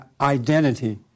identity